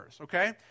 Okay